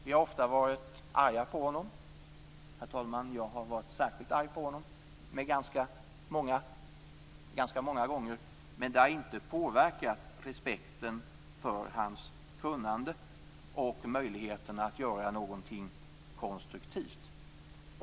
Vi har ofta varit arga på honom. Herr talman! Jag har varit särskilt arg på honom ganska många gånger. Men det har inte påverkat respekten för hans kunnande och möjligheterna att göra någonting konstruktivt.